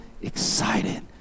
excited